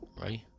right